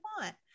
want